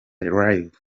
live